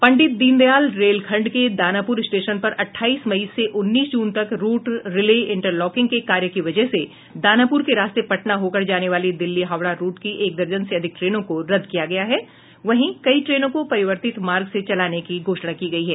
पंडित दीनदयाल रेलखंड के दानापुर स्टेशन पर अठाईस मई से उन्नीस जून तक रूट रिले इंटरलॉकिंग के कार्य की वजह से दानापुर के रास्ते पटना होकर जाने वाली दिल्ली हावड़ा रूट की एक दर्जन से अधिक ट्रेनों को रद्द किया गया है वहीं कई ट्रेनों को परिवर्तित मार्ग से चलाने की घोषणा की गई है